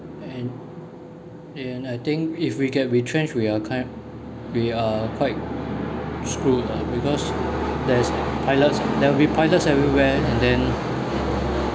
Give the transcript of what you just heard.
and and I think if we get retrenched we are kind we are quite screwed ah because there's pilots there will be pilots everywhere and then